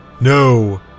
No